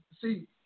see